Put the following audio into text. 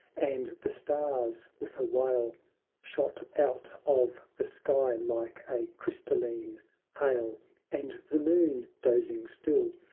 and the stars with a wail shot out of the sky like a crystaline hail and the moon, dozing still,